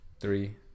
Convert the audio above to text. Three